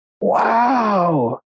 Wow